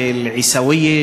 באל-עיסאוויה,